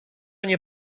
nie